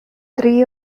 three